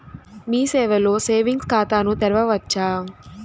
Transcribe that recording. మీ సేవలో సేవింగ్స్ ఖాతాను తెరవవచ్చా?